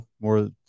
more